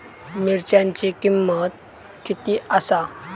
मिरच्यांची किंमत किती आसा?